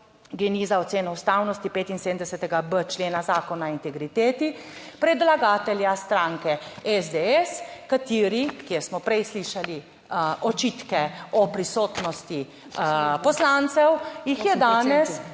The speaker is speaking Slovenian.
za oceno ustavnosti 75.b člena Zakona o integriteti predlagatelja stranke SDS, kateri, kjer smo prej slišali očitke o prisotnosti poslancev, jih je danes